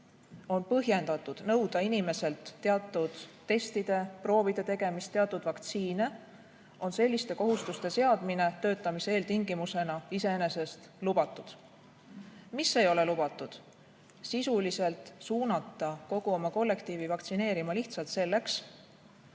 on põhjendatud nõuda inimeselt teatud testide-proovide tegemist, teatud vaktsiine, on selliste kohustuste seadmine töötamise eeltingimusena iseenesest lubatud. Mis ei ole lubatud? Sisuliselt suunata kogu oma kollektiivi vaktsineerima lihtsalt selleks,